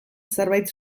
zerbait